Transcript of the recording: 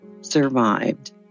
survived